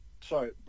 Sorry